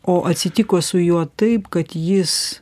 o atsitiko su juo taip kad jis